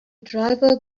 driver